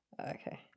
Okay